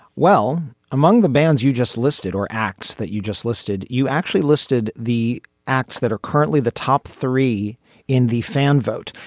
well, among the bands you just listed or acts that you just listed, you actually listed the acts that are currently the top three in the fan vote.